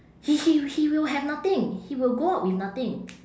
he he he will have nothing he will go out with nothing